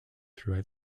through